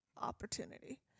opportunity